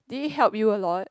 did it help you a lot